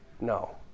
No